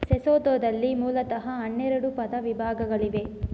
ಸೆಸೊಥೊದಲ್ಲಿ ಮೂಲತಃ ಹನ್ನೆರಡು ಪದ ವಿಭಾಗಗಳಿವೆ